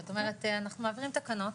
שאת אומרת שאנחנו מעבירים תקנות.